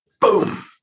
boom